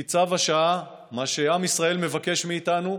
כי זה צו השעה, מה שעם ישראל מבקש מאיתנו,